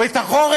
או את החורף,